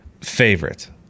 favorite